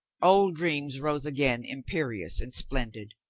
old dreams rose again imperious and splendid.